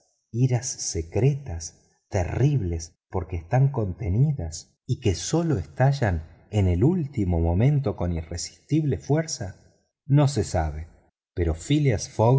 iras secretas terribles porque están contenidas y que sólo estallan en el último momento con irresistible fuerza no se sabe pero phileas